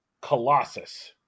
Colossus